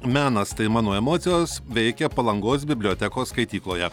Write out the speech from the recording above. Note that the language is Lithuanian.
menas tai mano emocijos veikia palangos bibliotekos skaitykloje